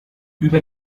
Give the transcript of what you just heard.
über